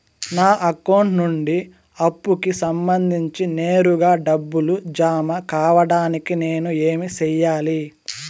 నా అకౌంట్ నుండి అప్పుకి సంబంధించి నేరుగా డబ్బులు జామ కావడానికి నేను ఏమి సెయ్యాలి?